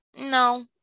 no